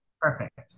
Perfect